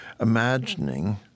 imagining